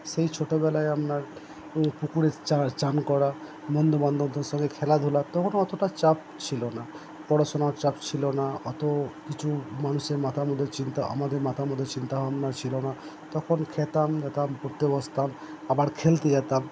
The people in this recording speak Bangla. সেই ছোটোবেলায় আপনার পুকুরে চান করা বন্ধু বান্ধবদের সঙ্গে খেলাধুলা তখন অতোটা চাপ ছিলো না পড়াশোনার চাপ ছিলো না অতো কিছু মানুষের মাথার মধ্যে চিন্তা আমাদের মাথার মধ্যে চিন্তা ভাবনা ছিলো না তখন খেতাম দেতাম পড়তে বসতাম আবার খেলতে যেতাম